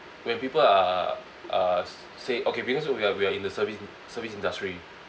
when people are uh say okay because we're we're in the service service industry